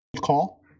call